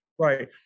Right